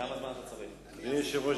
אדוני היושב-ראש,